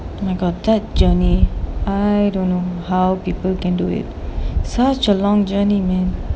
oh my god that journey I don't know how people can do it such a long journey man